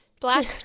Black